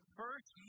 first